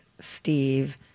Steve